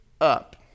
up